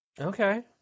Okay